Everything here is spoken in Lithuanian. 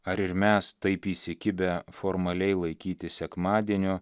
ar ir mes taip įsikibę formaliai laikytis sekmadienio